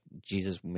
Jesus